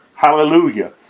Hallelujah